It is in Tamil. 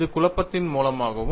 இது குழப்பத்தின் மூலமாகும்